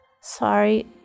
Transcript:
Sorry